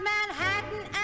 Manhattan